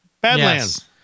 Badlands